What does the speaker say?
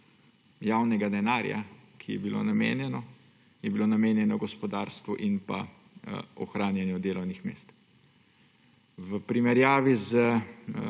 javnega denarja, ki je bil namenjen, je bila namenjena gospodarstvu in ohranjanju delovnih mest. V primerjavi s